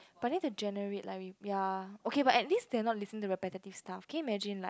but then they can generic like we ya okay but at least they are not listen to repetitive stuff can you imagine like